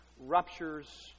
ruptures